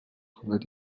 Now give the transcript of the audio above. trouvaient